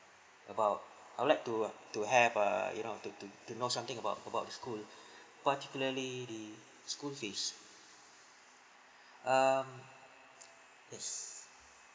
about I would like to to have a you know to to to know something about about the school particularly school fees um yes